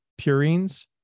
purines